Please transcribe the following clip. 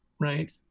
right